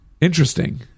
interesting